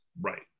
Right